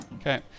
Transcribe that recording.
Okay